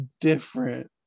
different